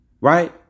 Right